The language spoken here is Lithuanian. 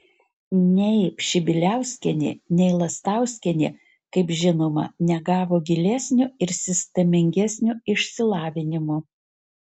nei pšibiliauskienė nei lastauskienė kaip žinoma negavo gilesnio ir sistemingesnio išsilavinimo